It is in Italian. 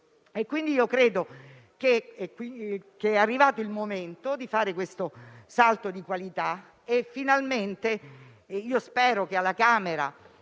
le stesse. Credo sia arrivato il momento di fare questo salto di qualità e finalmente spero che alla Camera